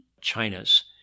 China's